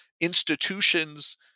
institutions